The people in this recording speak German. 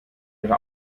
ihre